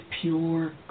pure